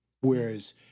Whereas